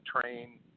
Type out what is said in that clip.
train